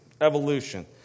evolution